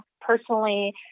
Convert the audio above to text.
Personally